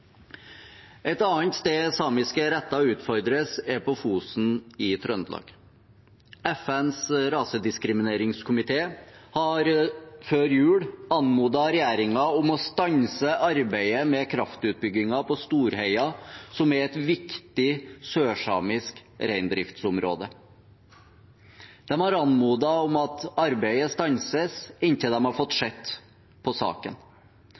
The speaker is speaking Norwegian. Et annet sted samiske retter utfordres, er på Fosen i Trøndelag. FNs rasediskrimineringskomité anmodet før jul regjeringen om å stanse arbeidet med kraftutbyggingen på Storheia, som er et viktig sørsamisk reindriftsområde. De har anmodet om at arbeidet stanses inntil de har fått se på saken.